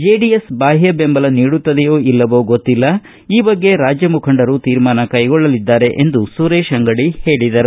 JDS ಬಾಹ್ನ ಬೆಂಬಲ ನೀಡುತ್ತದೆಯೋ ಇಲ್ಲವೋ ಗೊತ್ತಿಲ್ಲ ಈ ಬಗ್ಗೆ ರಾಜ್ಯ ಮುಖಂಡರು ತೀರ್ಮಾನ ಕೈಗೊಳ್ಳಲಿದ್ದಾರೆ ಎಂದು ಸುರೇಶ ಅಂಗಡಿ ಹೇಳಿದರು